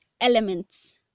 elements